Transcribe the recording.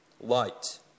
light